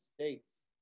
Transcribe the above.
States